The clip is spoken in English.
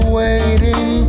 waiting